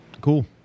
cool